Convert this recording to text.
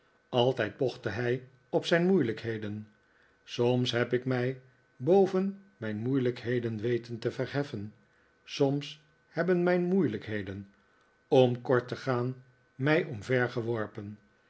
altijd pochte hij op zijn moeilijkheden soms heb ik mij boven mijn moeilijkheden weten te verheffen soms hebben mijn moeilijkheden om kort te gaan mij omvergeworpen